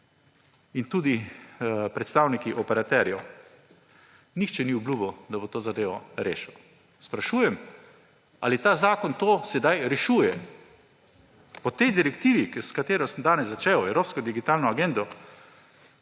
in tudi predstavniki operaterjev. Nihče ni obljubil, da bo to zadevo rešil. Sprašujem, ali ta zakon to sedaj rešuje. Po tej direktivi, s katero sem danes začel, Evropska digitalna agenda,